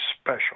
special